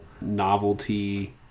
novelty